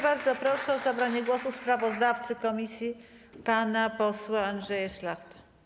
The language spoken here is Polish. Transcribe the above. Bardzo proszę o zabranie głosu sprawozdawcę komisji pana posła Andrzeja Szlachtę.